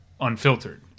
unfiltered